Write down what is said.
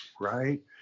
right